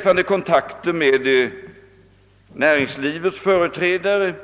För kontakt med näringslivets företrädare